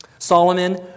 Solomon